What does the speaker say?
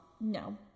No